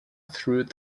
through